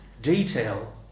detail